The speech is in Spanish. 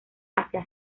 hacia